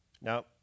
Now